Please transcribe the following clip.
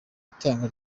itangwa